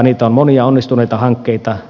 niitä on monia onnistuneita hankkeita